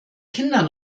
kindern